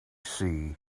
two